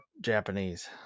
Japanese